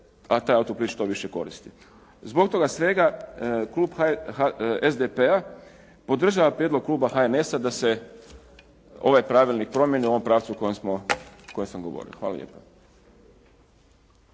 se taj autoplin što više koristi. Zbog toga svega klub SDP-a podržava prijedlog kluba HNS-a da se ovaj pravilnik promijeni u ovom pravcu u kojem sam govorio. Hvala lijepa.